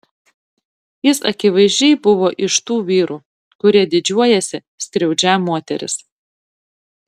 jis akivaizdžiai buvo iš tų vyrų kurie didžiuojasi skriaudžią moteris